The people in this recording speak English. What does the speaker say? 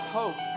hope